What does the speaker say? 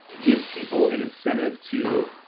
give people an incentive to,